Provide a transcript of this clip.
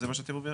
זה מה שאת אומרת?